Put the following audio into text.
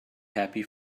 happy